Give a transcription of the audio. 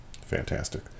fantastic